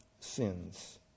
sins